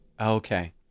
Okay